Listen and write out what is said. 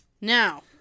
Now